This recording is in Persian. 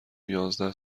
یازده